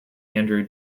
andrew